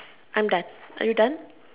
I'm done are you done